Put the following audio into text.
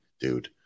dude